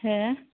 हो